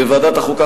בוועדת החוקה,